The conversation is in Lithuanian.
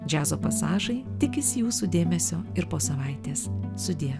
džiazo pasažai tikisi jūsų dėmesio ir po savaitės sudie